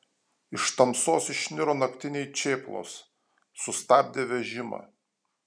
iš tamsos išniro naktiniai čėplos sustabdė vežimą